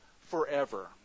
forever